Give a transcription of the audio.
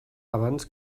abans